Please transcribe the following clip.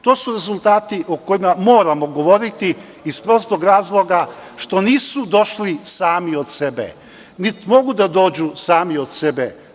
To su rezultati o kojima moramo govoriti, iz prostog razloga što nisu došli sami od sebe, niti mogu da dođu sami od sebe.